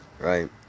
right